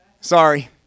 Sorry